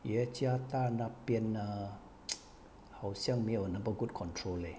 椰加达那边呢 好像没有那么 good control leh